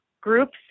groups